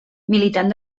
militant